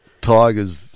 Tiger's